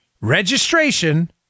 registration